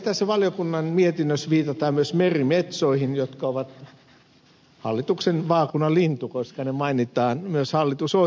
tässä valiokunnan mietinnössä viitataan myös merimetsoihin merimetso on hallituksen vaakunalintu koska se mainitaan myös hallitusohjelmassa